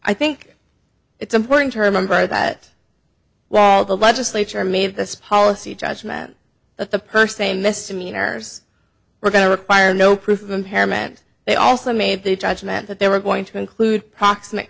i think it's important to remember that well the legislature made this policy judgment that the per se misdemeanors were going to require no proof of impairment they also made the judgment that they were going to include proximate